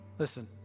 Listen